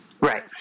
Right